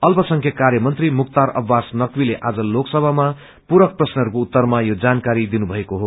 अत्पसंख्यक कायमन्त्री मुख्तार अब्बास नकवीले आज लोकसभामा पूरक प्रश्नहरूको उत्तरमा यो जानकारी दिनुभएको हो